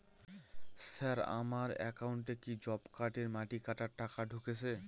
Sir আমার একাউন্টে কি জব কার্ডের মাটি কাটার টাকা ঢুকেছে?